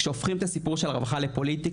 כשהופכים את הסיפור של הרווחה לפוליטי,